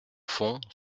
fond